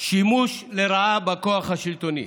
שימוש לרעה בכוח השלטוני.